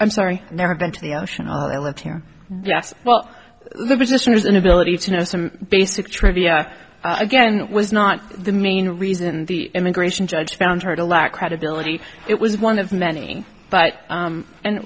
i'm sorry never been to the ocean yes well the resisters inability to know some basic trivia again was not the main reason the immigration judge found her to lack credibility it was one of many but